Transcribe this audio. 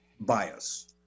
bias